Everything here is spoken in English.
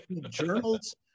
journals